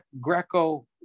greco